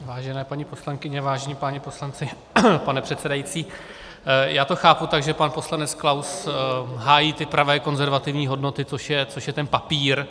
Vážené paní poslankyně, vážení páni poslanci, pane předsedající, já to chápu tak, že pan poslanec Klaus hájí ty pravé konzervativní hodnoty, což je ten papír.